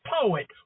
poet